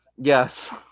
Yes